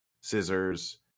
scissors